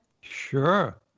Sure